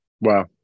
Wow